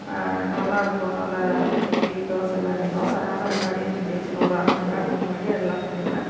நல்லாருக்கும் அதனால இட்லி தோசையெல்லாம் எழும் அதனால் முன்னாடியே செஞ்சு வச்சிடுவேன் ஒரு அரைமணிநேரத்துக்கு முன்னாடியே அதெல்லாம் செஞ்சிடுவேன்